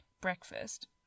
breakfast